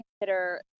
consider